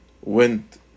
went